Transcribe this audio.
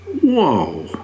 Whoa